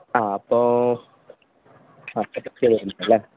ആ അപ്പോള് ആ ചെയ്തുതരും അല്ലേ